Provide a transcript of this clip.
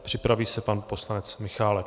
Připraví se pan poslanec Michálek.